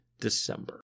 December